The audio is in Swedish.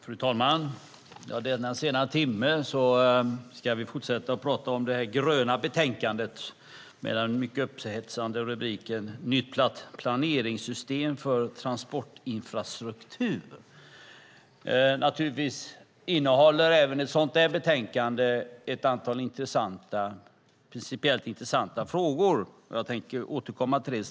Fru talman! I denna sena timme ska vi tala om det gröna betänkandet med den upphetsande rubriken Planeringssystem för transportinfrastruktur . Även ett sådant betänkande innehåller naturligtvis ett antal principiellt intressanta frågor. Jag ska strax återkomma till det.